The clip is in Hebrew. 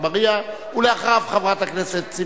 חבר הכנסת עפו אגבאריה,